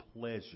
pleasure